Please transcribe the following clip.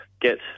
get